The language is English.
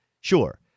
sure